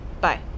Bye